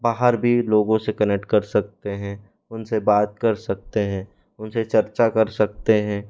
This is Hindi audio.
बाहर भी लोगों से कनेक्ट कर सकते हैं उन से बात कर सकते हैं उन से चर्चा कर सकते हैं